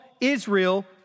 Israel